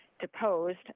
Deposed